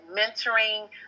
mentoring